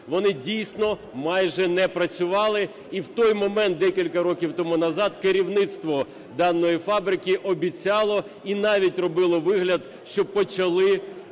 Вони, дійсно, майже не працювали. І в той момент декілька років тому назад керівництво даної фабрики обіцяло і навіть робило вигляд, що почали